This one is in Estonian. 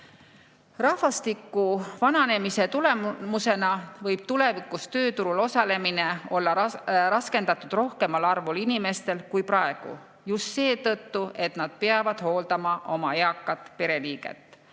Rahvastiku vananemise tulemusena võib tulevikus tööturul osalemine olla raskendatud rohkemal arvul inimestel kui praegu, just seetõttu, et nad peavad hooldama oma eakat pereliiget.